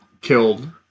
killed